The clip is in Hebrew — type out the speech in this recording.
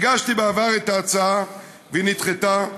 הגשתי בעבר את ההצעה והיא נדחתה,